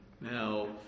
Now